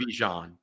Bijan